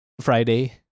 Friday